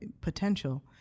potential